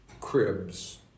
cribs